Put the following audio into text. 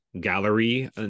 gallery